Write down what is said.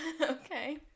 Okay